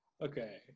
okay